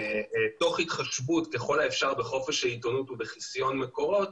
תוך התחשבות ככל האפשר בחופש העיתונות ובחיסיון מקורות,